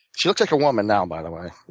she looks like a woman now, by the way.